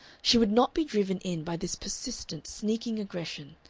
she would not be driven in by this persistent, sneaking aggression.